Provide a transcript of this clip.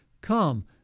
Come